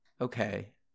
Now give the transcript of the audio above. okay